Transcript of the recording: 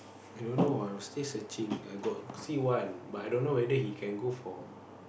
i don't know ah I still searching I got see one but i don't know whether he can go for